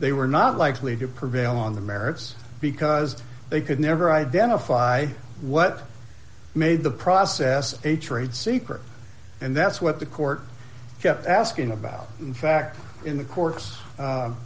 they were not likely to prevail on the merits because they could never identify what made the process a trade secret and that's what the court kept asking about in fact in the